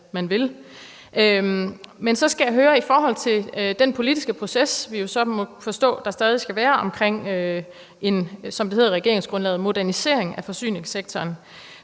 den vil. Men så skal jeg høre i forhold til den politiske proces, vi må forstå der stadig skal være om en – som det hedder i regeringsgrundlaget – modernisering af forsyningssektoren.